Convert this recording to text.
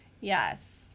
Yes